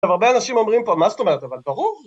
הרבה אנשים אומרים פה, מה זאת אומרת? אבל ברור.